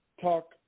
talk